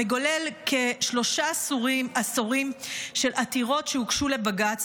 המגולל כשלושה עשורים של עתירות שהוגשו לבג"ץ